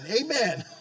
Amen